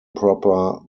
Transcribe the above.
proper